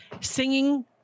singing